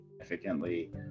significantly